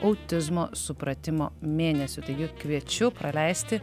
autizmo supratimo mėnesiu taigi kviečiu praleisti